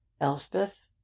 Elspeth